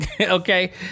okay